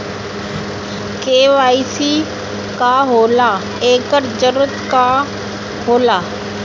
KYC का होला एकर जरूरत का होला?